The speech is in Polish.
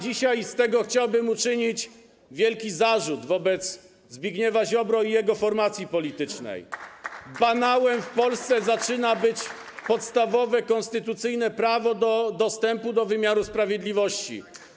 Z tego chciałbym uczynić wielki zarzut wobec Zbigniewa Ziobry i jego formacji politycznej: banałem w Polsce zaczyna być podstawowe, konstytucyjne prawo do dostępu do wymiaru sprawiedliwości.